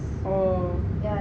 oo